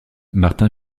martin